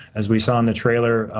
as we saw in the trailer,